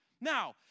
Now